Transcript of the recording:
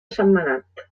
sentmenat